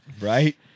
Right